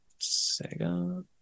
sega